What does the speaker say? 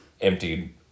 emptied